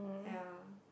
ya